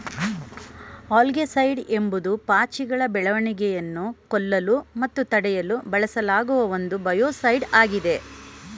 algaecide ಎಂಬುದು ಪಾಚಿಗಳ ಬೆಳವಣಿಗೆಯನ್ನು ಕೊಲ್ಲಲು ಮತ್ತು ತಡೆಯಲು ಬಳಸಲಾಗುವ ಒಂದು ಬಯೋಸೈಡ್ ಆಗಿದೆ